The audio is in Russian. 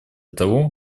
того